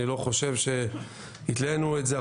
אני לא חושב שהתלנו את זה.